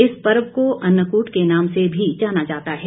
इस पर्व को अन्नकूट के नाम से भी जाना जाता है